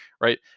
right